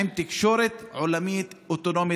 עם תקשורת עולמית אוטונומית.